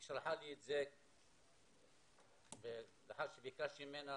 היא שלחה לי את זה לאחר שביקשתי ממנה